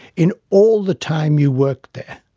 in all the time you worked there,